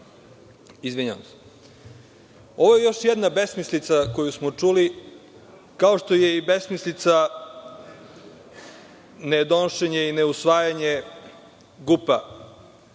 je još jedna besmislica koju smo čuli, kao što je i besmislica nedonošenje i neusvajanje GUP-a